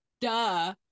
duh